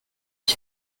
ich